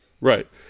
Right